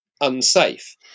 unsafe